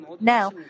Now